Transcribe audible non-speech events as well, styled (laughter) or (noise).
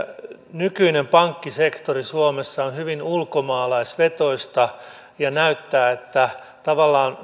nykyinen pankkisektori suomessa on hyvin ulkomaalaisvetoista ja näyttää että tavallaan (unintelligible)